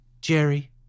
Jerry